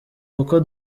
kuko